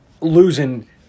losing